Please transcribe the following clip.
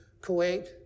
Kuwait